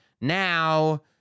Now